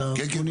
כן.